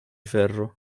ferro